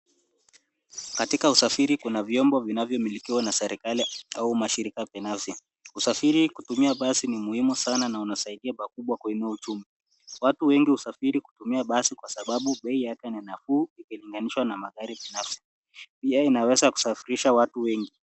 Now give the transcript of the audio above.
Katika usafiri kuna vyombo vinavyomilikwa na serikali au mashirika binafsi. Usafiri kutumia basi ni muhimu sana na unasaidia pakubwa kuinua uchumi. Watu wengi husafiri kutumua basi kwa sababu bei yake ni nafuu ikilinganishwa na magari binafsi. Pia inaweza kusafirisha watu wengi.